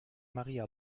maria